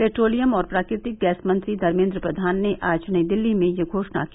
petroleum और प्राकृतिक gas मंत्री धर्मेन्द्र प्रधान ने आज नई दिल्ली में यह घोषणा की